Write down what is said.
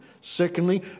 secondly